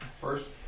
First